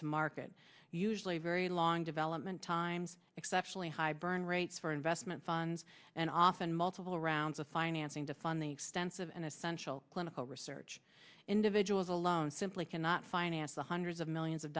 to market usually very long development times exceptionally high burn rates for investment funds and often multiple rounds of financing to fund the extensive and essential clinical research individuals alone simply cannot finance the hundreds of millions of